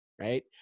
right